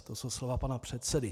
To jsou slova pana předsedy.